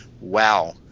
wow